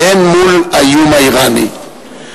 והן מול האיום האירני.